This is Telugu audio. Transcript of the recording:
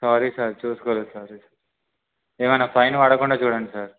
సారీ సార్ చూసుకోలేదు సారీ ఏమైనా ఫైన్ పడకుండా చూడండి సార్